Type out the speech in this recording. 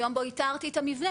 היום בו איתרתי את המבנה,